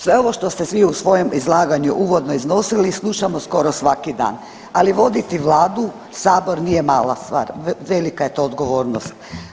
Sve ovo što ste vi u svojem izlaganju uvodno iznosili slušamo skoro svaki dan, ali voditi Vladu, Sabor, nije mala stvar, velika je to odgovornost.